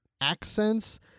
accents